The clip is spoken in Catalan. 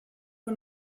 que